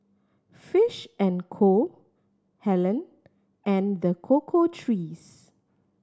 Fish and Co Helen and The Cocoa Trees